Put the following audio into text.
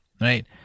right